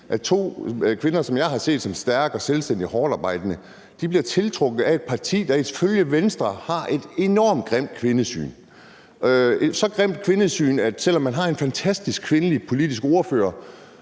at to kvinder, som jeg har set som stærke, selvstændige og hårdtarbejdende, bliver tiltrukket af et parti, der ifølge Venstre har et enormt grimt kvindesyn – så grimt et kvindesyn, at selv om man har en fantastisk kvindelig politisk ordfører,